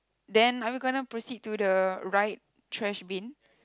then are you gonna to proceed to the right trash bin